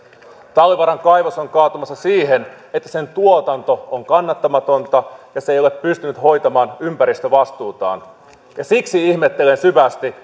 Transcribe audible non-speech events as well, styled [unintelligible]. talvivaaran kaivos on kaatumassa siihen että sen tuotanto on kannattamatonta ja se ei ole pystynyt hoitamaan ympäristövastuutaan ja siksi ihmettelen syvästi [unintelligible]